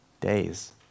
days